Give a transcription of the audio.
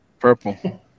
purple